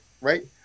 right